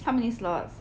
how many slots